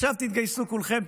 עכשיו תתגייסו כולכם,